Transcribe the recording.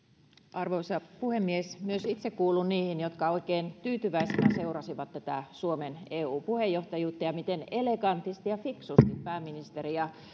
arvoisa puhemies myös itse kuulun niihin jotka oikein tyytyväisenä seurasivat suomen eu puheenjohtajuutta ja sitä miten elegantisti ja fiksusti pääministeri ja